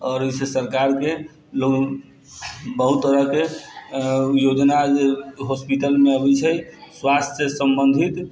आओर ओहिसँ सरकारके लोक बहुत तरहके योजना जे हॉस्पिटलमे अबै छै स्वास्थ्यसँ सम्बन्धित